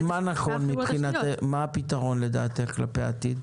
מה הפתרון לדעתך בעתיד?